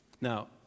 Now